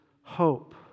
hope